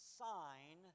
sign